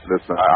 listen